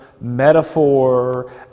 metaphor